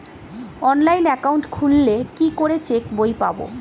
Online account খুললে কি করে চেক বই পাব?